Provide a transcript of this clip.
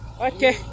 Okay